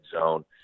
zone